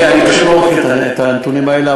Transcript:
אני פשוט לא מכיר את הנתונים האלה,